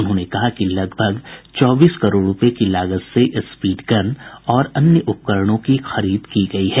उन्होंने कहा कि लगभग चौबीस करोड़ रूपये की लागत से स्पीडगन और अन्य उपकरणों की खरीद की गयी है